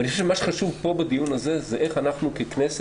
אבל אני חושב שמה שחשוב פה בדיון הזה זה איך אנחנו ככנסת,